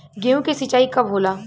गेहूं के सिंचाई कब होला?